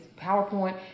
PowerPoint